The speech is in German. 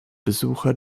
besucher